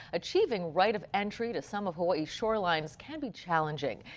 achieving right of entry to some of hawai'i's shorelines can be challenging.